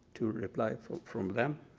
to reply from from them